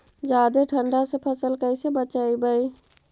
जादे ठंडा से फसल कैसे बचइबै?